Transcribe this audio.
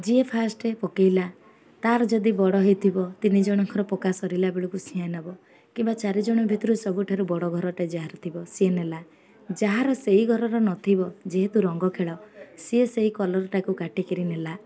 ଯିଏ ଫାଷ୍ଟ ପକେଇଲା ତାର ଯଦି ବଡ଼ ହେଇଥିବ ତିନି ଜଣଙ୍କର ପକା ସରିଲା ବେଳକୁ ସିଏ ନବ କିମ୍ବା ଚାରିଜଣ ଭିତରୁ ସବୁଠାରୁ ବଡ଼ ଘରଟା ଯାହାର ଥିବ ସିଏ ନେଲା ଯାହାର ସେଇ ଘରର ନ ଥିବ ଯେହେତୁ ରଙ୍ଗ ଖେଳ ସିଏ ସେଇ କଲରଟାକୁ କାଟିକିରି ନେଲା